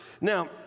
Now